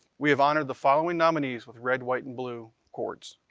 we have honored the following nominees with red, white, and blue cords.